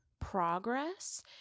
progress